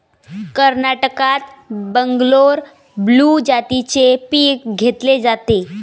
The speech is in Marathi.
कर्नाटकात बंगलोर ब्लू जातीचे पीक घेतले जाते